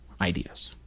ideas